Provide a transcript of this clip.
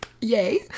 yay